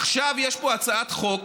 עכשיו יש פה הצעת חוק